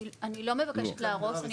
אני לא מבקשת להרוס.